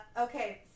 Okay